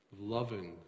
Loving